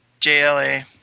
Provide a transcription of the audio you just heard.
JLA